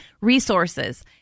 resources